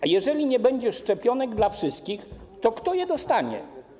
A jeżeli nie będzie szczepionek dla wszystkich, to kto je dostanie?